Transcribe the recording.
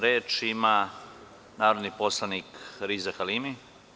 Reč ima narodni poslanik Riza Halimi.